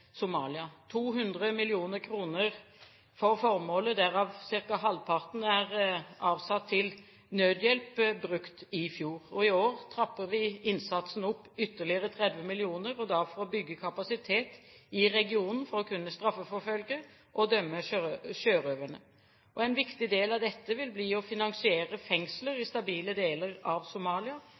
Somalia – årlig 200 mill. kr til formålet, derav var ca. halvparten avsatt til nødhjelp i fjor. I år trapper vi opp innsatsen ytterligere med 30 mill. kr, da for å bygge kapasitet i regionen, for å kunne straffeforfølge og dømme sjørøverne. En viktig del av dette vil bli å finansiere fengsler i stabile deler av Somalia,